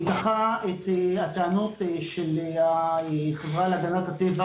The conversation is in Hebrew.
דחה את הטענות של החברה להגנת הטבע